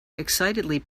excitedly